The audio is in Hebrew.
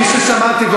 מי ששמעתי.